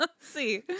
see